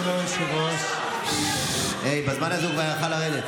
כבוד היושב-ראש, בזמן הזה הוא כבר היה יכול לרדת.